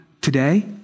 today